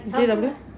J_W